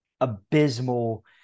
abysmal